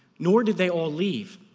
nor did they all leave.